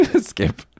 Skip